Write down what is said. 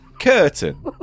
Curtain